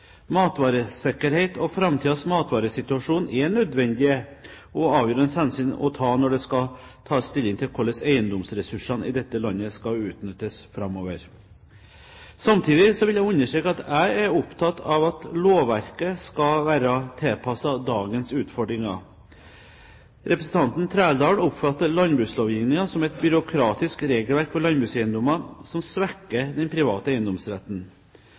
Matvaresikkerhet og framtidens matvaresituasjon er nødvendige og avgjørende hensyn å ta når det skal tas stilling til hvordan eiendomsressursene i dette landet skal utnyttes framover. Samtidig vil jeg understreke at jeg er opptatt av at lovverket skal være tilpasset dagens utfordringer. Representanten Trældal oppfatter landbrukslovgivningen som et byråkratisk regelverk for landbrukseiendommer, som svekker den private eiendomsretten.